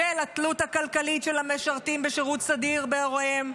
בשל התלות הכלכלית של המשרתים בשירות סדיר בהוריהם,